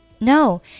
No